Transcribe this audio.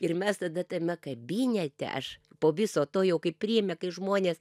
ir mes tada tame kabinete aš po viso to jau kai priėmė kai žmonės